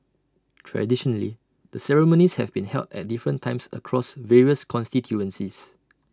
traditionally the ceremonies have been held at different times across various constituencies